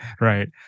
Right